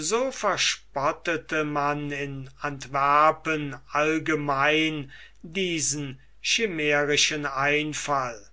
so verspottete man in antwerpen allgemein diesen chimärischen einfall